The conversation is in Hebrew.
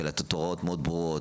ולתת הוראות מאוד ברורות,